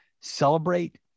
Celebrate